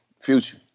future